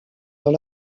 dans